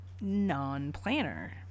non-planner